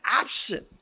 absent